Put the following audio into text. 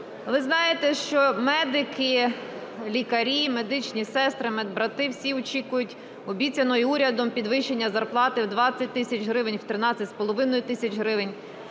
Ви знаєте, що медики, лікарі, медичні сестри, медбрати – всі очікують обіцяного урядом підвищення зарплати в 20 тисяч гривень, в 13,5 тисяч гривень.